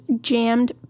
jammed